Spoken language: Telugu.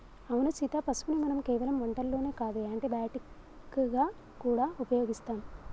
అవును సీత పసుపుని మనం కేవలం వంటల్లోనే కాదు యాంటీ బయటిక్ గా గూడా ఉపయోగిస్తాం